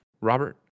Robert